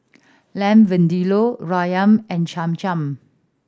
Lamb Vindaloo Ramyeon and Cham Cham